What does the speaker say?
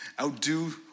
Outdo